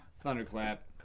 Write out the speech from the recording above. Thunderclap